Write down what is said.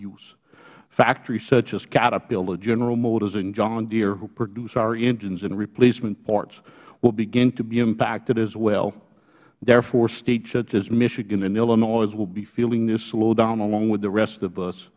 use factories such as caterpillar general motors and john deere who produce our engines and replacement parts will begin to be impacted as well therefore states such as michigan and illinois will be feeling this slowdown along with the rest of us